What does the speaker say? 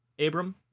Abram